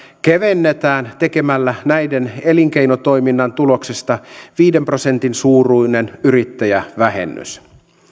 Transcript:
kevennetään tekemällä näiden elinkeinotoiminnan tuloksesta viiden prosentin suuruinen yrittäjävähennys